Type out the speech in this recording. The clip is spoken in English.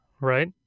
right